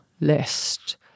list